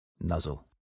nuzzle